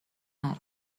نرو